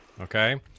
Okay